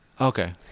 Okay